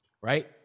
Right